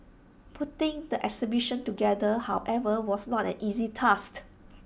putting the exhibition together however was not an easy task